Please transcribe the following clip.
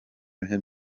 him